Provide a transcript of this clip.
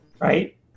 right